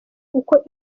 uko